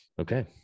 Okay